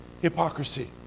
hypocrisy